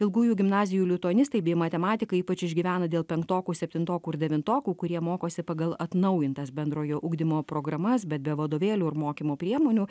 ilgųjų gimnazijų lituanistai bei matematikai ypač išgyvena dėl penktokų septintokų ir devintokų kurie mokosi pagal atnaujintas bendrojo ugdymo programas bet be vadovėlių ir mokymo priemonių